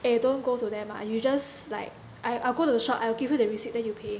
eh don't go to them ah you just like I I'll go to the shop I will give you the receipt then you pay